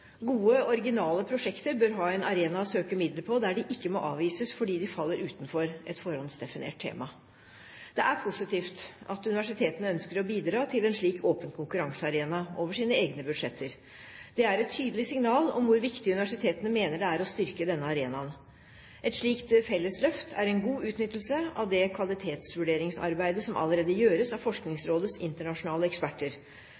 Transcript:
Gode, originale prosjekter bør ha en arena å søke midler på der de ikke må avvises fordi de faller utenfor et forhåndsdefinert tema. Det er positivt at universitetene ønsker å bidra til en slik åpen konkurransearena over sine egne budsjetter. Det er et tydelig signal om hvor viktig universitetene mener det er å styrke denne arenaen. Et slikt fellesløft er en god utnyttelse av det kvalitetsvurderingsarbeidet som allerede gjøres av